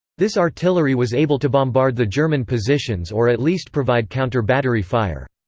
this artillery was able to bombard the german positions or at least provide counter-battery fire.